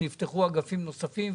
נפתחו אגפים נוספים,